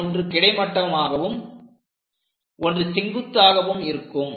அதில் ஒன்று கிடைமட்டமாகவும் ஒன்று செங்குத்தாகவும் இருக்கும்